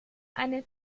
eine